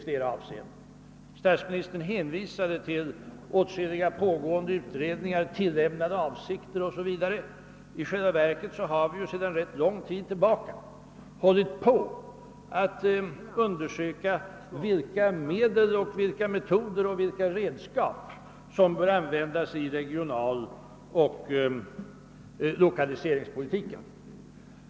Statsministern hänvisade till åtskilliga pågående utredningar, tillämnade avsikter o. s. v. I själva verket har vi ju sedan rätt lång tid tillbaka hållit på att undersöka vilka medel, metoder och redskap som bör användas i den regionala politiken och i lokaliseringspolitiken.